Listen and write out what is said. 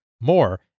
More